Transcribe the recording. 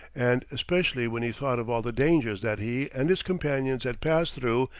and especially when he thought of all the dangers that he and his companions had passed through,